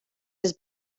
his